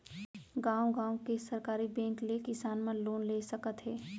गॉंव गॉंव के सहकारी बेंक ले किसान मन लोन ले सकत हे